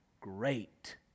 great